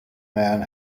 man